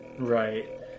Right